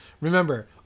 Remember